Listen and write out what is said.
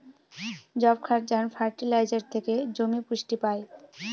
যবক্ষারজান ফার্টিলাইজার থেকে জমি পুষ্টি পায়